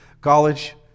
college